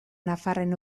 nafarren